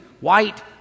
white